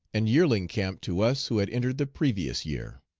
and yearling camp to us who had entered the previous year.